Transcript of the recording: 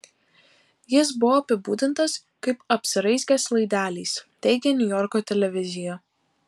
jis buvo apibūdintas kaip apsiraizgęs laideliais teigia niujorko televizija